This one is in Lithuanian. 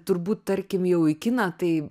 turbūt tarkim jau į kiną tai